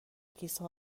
کیسه